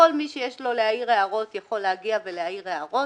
כל מי שיש לו הערות יכול להגיע ולהעיר הערות